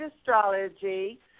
astrology